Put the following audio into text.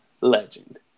legend